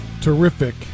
Terrific